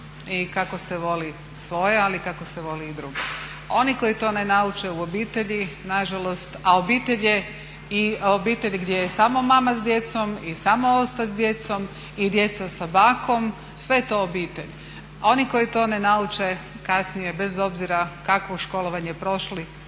i kako se voli svoje ali i kako se voli i druge. Oni koji to ne nauče u obitelji nažalost, a obitelj je i gdje samo mama s djecom, i samo otac s djecom, i djeca sa bakom sve je to obitelj, a oni koji to ne nauče kasnije bez obzira kakvo školovanje prošli